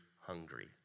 hungry